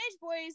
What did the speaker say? boys